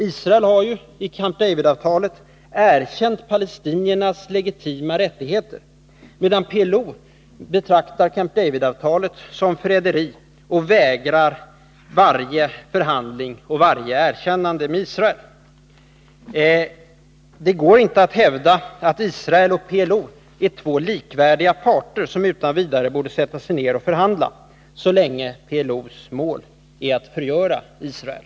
Israel har ju i Camp David-avtalet erkänt palestiniernas legitima rättigheter, medan PLO betraktar Camp David-avtalet som föräderi och vägrar varje förhandling med och varje erkännande av Israel. Det går inte att hävda att Israel och PLO är två likvärdiga parter som utan vidare borde sätta sig ner och förhandla, så länge PLO:s mål är att förgöra Israel.